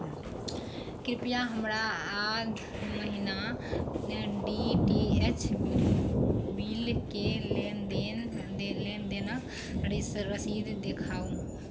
कृपया हमरा आध महिना डी टी एच बिलके लेनदेन लेनदेनके रसीद देखाउ